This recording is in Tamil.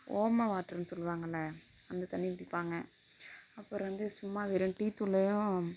ஓம வாட்ருனு சொல்லுவாங்கள அந்த தண்ணி குடிப்பாங்கள் அப்புறம் வந்து சும்மா வெறும் டீத்தூளையும்